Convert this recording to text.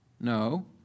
No